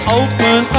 open